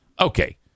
Okay